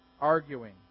arguing